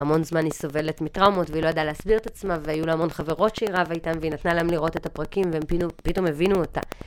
המון זמן היא סובלת מטראומות והיא לא ידעה להסביר את עצמה והיו לה המון חברות שהיא רבה איתן והיא נתנה להם לראות את הפרקים והם פתאום הבינו אותה.